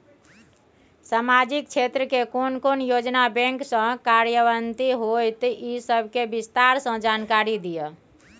सामाजिक क्षेत्र के कोन कोन योजना बैंक स कार्यान्वित होय इ सब के विस्तार स जानकारी दिय?